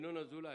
ינון אזולאי.